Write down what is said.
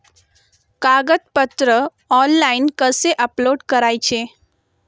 कागदपत्रे ऑनलाइन कसे अपलोड करायचे?